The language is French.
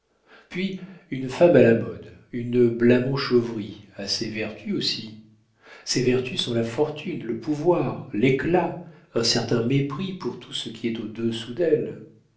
puis une femme à la mode une blamont-chauvry a ses vertus aussi ses vertus sont la fortune le pouvoir l'éclat un certain mépris pour tout ce qui est au-dessous d'elle